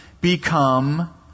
become